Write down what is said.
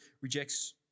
rejects